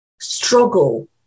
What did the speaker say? struggle